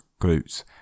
glutes